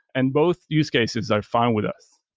and both use cases are fine with us.